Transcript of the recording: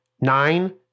Nine